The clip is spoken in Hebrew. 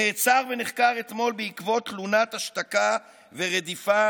נעצר ונחקר אתמול בעקבות תלונת השתקה ורדיפה